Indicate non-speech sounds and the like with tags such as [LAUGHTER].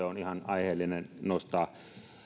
[UNINTELLIGIBLE] on ihan aiheellista nostaa